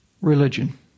Religion